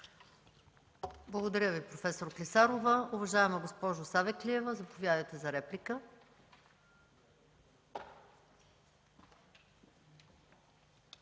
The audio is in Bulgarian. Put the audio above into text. Благодаря Ви, проф. Клисарова. Уважаема госпожо Савеклиева, заповядайте за реплика.